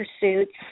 pursuits